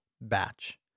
batch